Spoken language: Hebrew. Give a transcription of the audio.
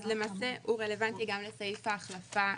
אז למעשה הוא רלוונטי גם לסעיף ההחלפה,